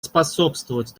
способствовать